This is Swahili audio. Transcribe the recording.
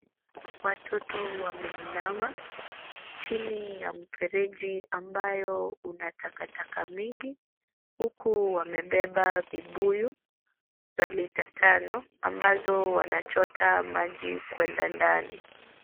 Watoto wameinama chini ya mfereji ambayo unatakataka mingi, huku wamebeba vibuyu, za lita tano ambazo wanachota maji kwenda ndani.